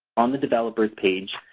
on the developer page,